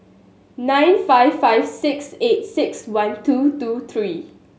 nine five five six eight six one two two three